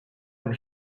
une